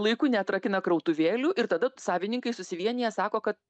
laiku neatrakina krautuvėlių ir tada savininkai susivieniję sako kad